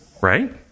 Right